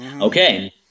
Okay